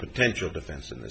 potential defense in th